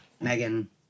Megan